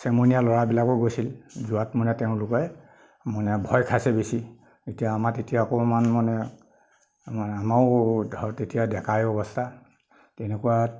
চেমনীয়া ল'ৰাবিলাকো গৈছিল যোৱাত মানে তেওঁলোকে মানে ভয় খাইছে বেছি এতিয়া আমাৰ তেতিয়া অকণমান মানে আমাৰো ধৰক তেতিয়া ডেকায়ে অৱস্থা এনেকুৱাত